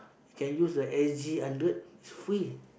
can use the s_g hundred is free